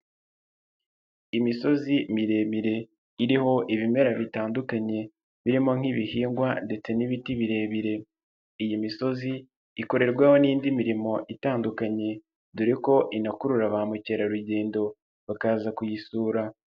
Imisozi miremire iriho ibimera bitandukanye, birimo nk'ibihingwa ndetse n'ibiti birebire. Iyi misozi ikorerwaho n'indi mirimo itandukanye dore ko inakurura ba mukerarugendo bakaza kuyisura.